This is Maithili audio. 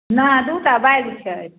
नहि दुइ टा बैग छै